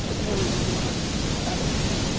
ah taylor did you want to add onto that?